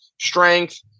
strength